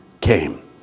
came